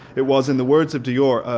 it was in the words of dior,